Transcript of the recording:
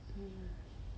mm